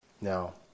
Now